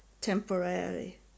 temporary